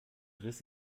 riss